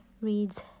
reads